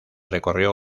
recorrió